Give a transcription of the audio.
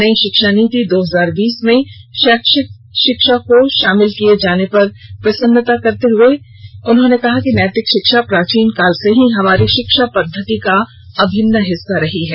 नई शिक्षा नीति दो हजार बीस में नैतिक शिक्षा को शामिल किए जाने पर प्रसन्नता व्यक्त करते हुए उन्होंने कहा कि नैतिक शिक्षा प्राचीन काल से ही हमारी शिक्षा पद्धति का अभिन्न हिस्सा रही है